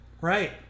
Right